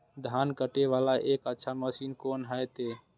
धान कटे वाला एक अच्छा मशीन कोन है ते?